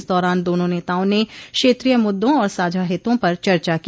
इस दौरान दोनों नेताओं ने क्षेत्रीय मुद्दों और साझा हितों पर चर्चा की